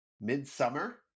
Midsummer